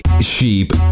Sheep